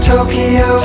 Tokyo